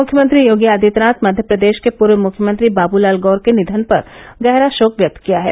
मुख्यमंत्री योगी आदित्यनाथ मध्यप्रदेश के पूर्व मुख्यमंत्री बाबूलाल गौर के निधन पर गहरा गोक व्यक्त किया है